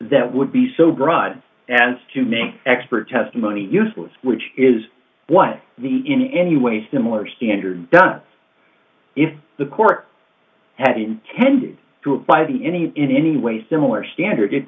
that would be so broad as to make expert testimony useless which is what the in any way similar standard does if the court had intended to apply the any in any way similar standard it